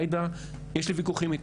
ועאידה, יש לי ויכוחים איתה,